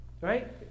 Right